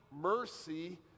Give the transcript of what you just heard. mercy